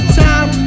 time